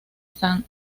san